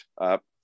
up